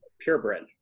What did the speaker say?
purebred